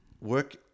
work